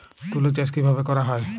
তুলো চাষ কিভাবে করা হয়?